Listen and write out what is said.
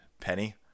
Penny